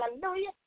Hallelujah